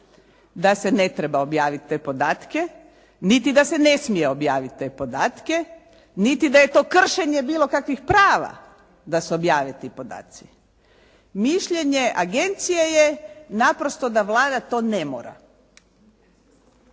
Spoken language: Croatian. da se ne treba objaviti te podatke, niti da se ne smije objaviti te podatke, niti da je to kršenje bilo kakvih prava da se objave ti podaci. Mišljenje agencije je naprosto da Vlada to ne mora.